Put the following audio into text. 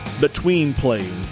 between-playing